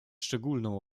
szczególną